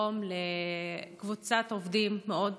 היום לקבוצת עובדים מאוד חשובה,